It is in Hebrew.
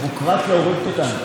זה כבר מלפני חצי שנה,